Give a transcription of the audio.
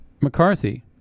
McCarthy